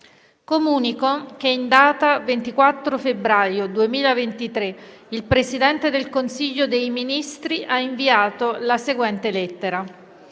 colleghi, in data 24 febbraio 2023 il Presidente del Consiglio dei ministri ha inviato la seguente lettera: